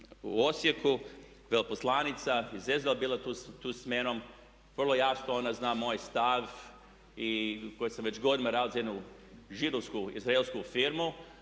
u Osijeku, veleposlanica iz …/Govornik se ne razumije./… bila tu samnom, vrlo jasno ona zna moj stav i koji sam već godinama radio za jednu židovsku, izraelsku firmu,